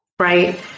Right